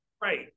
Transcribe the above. Right